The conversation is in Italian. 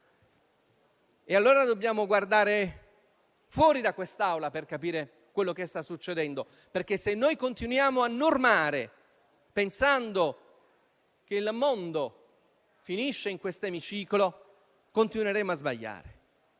lo so. Dobbiamo guardare fuori da quest'Aula per capire quello che sta succedendo, perché, se continuiamo a normare pensando che il mondo finisca in quest'Emiciclo, continueremo a sbagliare.